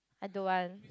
I don't want